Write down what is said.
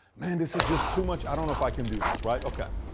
man, this is just too much. i don't know if i can do this. right? okay.